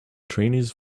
trainees